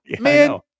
Man